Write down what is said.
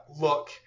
Look